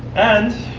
and